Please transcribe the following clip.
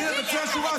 ואני רואה את הילדים שלי,